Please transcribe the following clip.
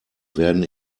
werden